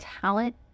talent